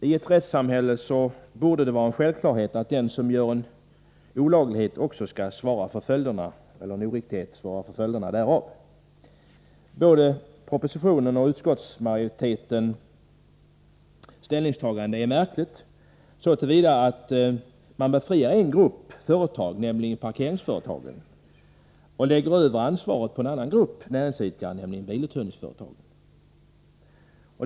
I ett rättssamhälle borde det vara en självklarhet att den som gör en olaglighet eller en oriktighet också skall svara för följderna därav. Både propositionen och utskottsmajoritetens ställningstagande är märkliga, så till vida att man vill avbörda en grupp företag, nämligen parkeringsföretagen, och lägga över ansvaret på en annan grupp näringsidkare, nämligen biluthyrningsföretagen.